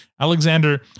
Alexander